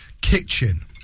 Kitchen